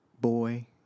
boy